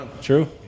True